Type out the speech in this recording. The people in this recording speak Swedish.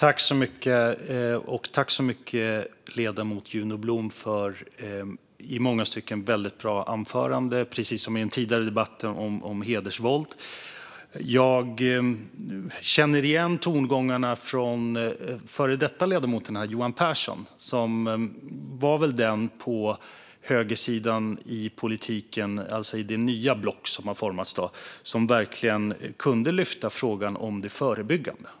Fru talman! Tack så mycket för ett i många stycken väldigt bra anförande, ledamoten Juno Blom - precis som i den tidigare debatten om hedersvåld! Jag känner igen tongångarna från den före detta ledamoten Johan Pehrson, som väl var den på högersidan i politiken - alltså i det nya block som har formats - som verkligen kunde lyfta frågan om det förebyggande.